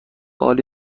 عالی